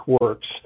works